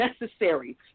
necessary